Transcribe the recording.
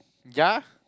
ya